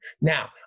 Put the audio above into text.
Now